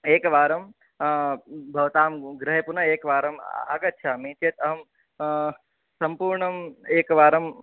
एकवारं भवतां गृहे पुनः एकवारम् आगच्छामि चेत् अहं सम्पूर्णम् एकवारं